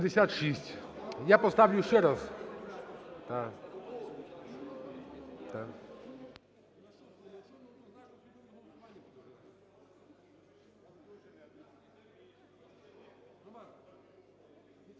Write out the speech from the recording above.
Я поставлю ще раз.